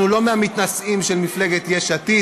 אנחנו לא מהמתנשאים של מפלגת יש עתיד,